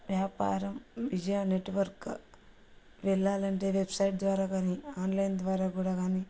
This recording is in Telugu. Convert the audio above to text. వ్యాపారం విజయా నెట్వర్క్ వెళ్ళాలంటే వెబ్సైట్ ద్వారా కానీ ఆన్లైన్ ద్వారా కూడా కానీ